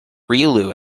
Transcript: relu